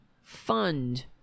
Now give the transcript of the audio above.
Fund